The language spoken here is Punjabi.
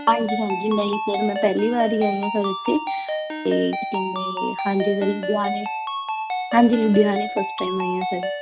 ਹਾਂਜੀ ਹਾਂਜੀ ਨਹੀਂ ਸਰ ਮੈਂ ਪਹਿਲੀ ਵਾਰੀ ਆਈ ਹਾਂ ਸਰ ਇੱਥੇ ਅਤੇ ਕਹਿੰਦੇ ਹਾਂਜੀ ਸਰ ਲੁਧਿਆਣੇ ਹਾਂਜੀ ਲੁਧਿਆਣੇ ਫਸਟ ਟਾਈਮ ਆਈ ਹਾਂ ਸਰ